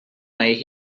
mig